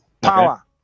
power